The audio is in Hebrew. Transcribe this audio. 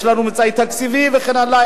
יש לנו מצאי תקציבי וכן הלאה,